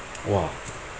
!wah!